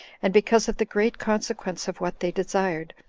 and because of the great consequence of what they desired,